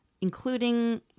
including